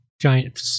giant